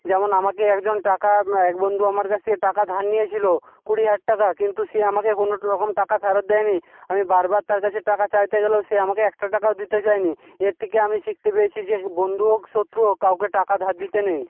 যেমন আমাকে একজন টাকা এক বন্ধু আমার কাছ থেকে টাকা ধার নিয়েছিল কুড়ি হাজার টাকা কিন্তু সে আমাকে কোনোরকম টাকা ফেরত দেয়নি আমি বারবার তার কাছে টাকা চাইতে গেলেও সে আমাকে একটা টাকাও দিতে চায়নি এর থেকে আমি শিখতে পেরেছি যে বন্ধু হোক শত্রু হোক কাউকে টাকা ধার দিতে নেই